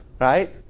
right